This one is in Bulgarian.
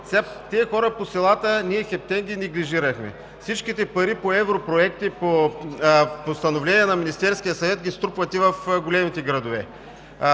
Хората по селата хептен ги неглижирахме. Всичките пари по европроекти, по постановления на Министерския съвет ги струпвате в големите градове.